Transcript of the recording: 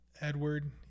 edward